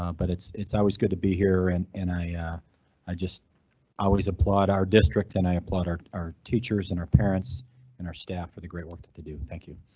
um but it's it's always good to be here and and i yeah i just always applaud our district and i applaud our our teachers and our parents and our staff for the great work that they do. thank you.